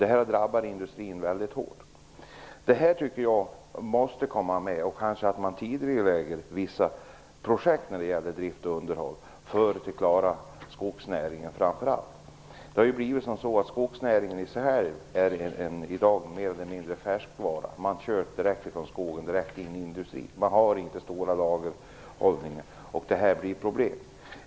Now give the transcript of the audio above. Det här drabbar industrin väldigt hårt. Det här måste tas upp. Kanske kan man tidigarelägga vissa projekt gällande drift och underhåll för att framför allt skogsnäringen skall klara sig. Skogsnäringen är ju i dag mer eller mindre en färskvarunäring. Man kör från skogen direkt till industrin och har inte några stora lager. Det här ger problem.